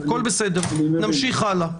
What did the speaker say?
הכל בסדר, נמשיך הלאה.